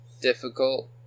difficult